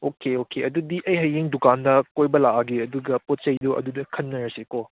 okay okay ꯑꯗꯨꯗ ꯑꯩ ꯍꯌꯦꯡ ꯗꯨꯀꯥꯟꯗ ꯀꯣꯏꯕ ꯂꯥꯛꯑꯒꯦ ꯑꯗꯨꯗꯨꯒ ꯄꯣꯠ ꯆꯩꯗꯨ ꯑꯗꯨꯗ ꯈꯟꯅꯔꯁꯦ ꯀꯣ